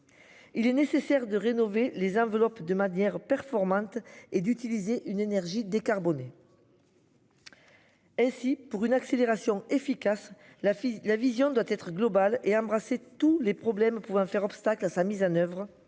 Il est nécessaire de rénover les enveloppes de manière performante et d'utiliser une énergie décarbonée. Ainsi pour une accélération efficace la fille la vision doit être globale et embrasser tous les problèmes pouvant faire obstacle à sa mise en oeuvre.